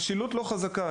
שהמשילות היא לא חזקה,